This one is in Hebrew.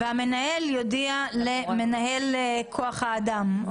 והמנהל יודיע למנהל כוח האדם,